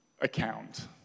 account